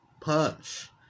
punch